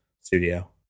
studio